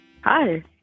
Hi